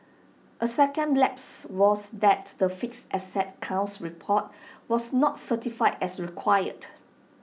A second lapse was that the fixed asset count report was not certified as required